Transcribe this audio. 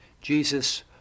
Jesus